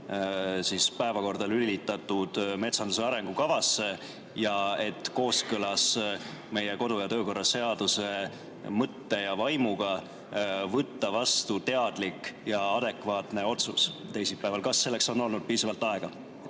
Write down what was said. päevakorda lülitatud metsanduse arengukavasse, et kooskõlas meie kodu- ja töökorra seaduse mõtte ja vaimuga võtta vastu teadlik ja adekvaatne otsus teisipäeval? Kas selleks on olnud piisavalt aega?